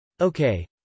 Okay